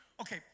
Okay